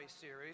series